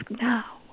now